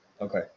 Okay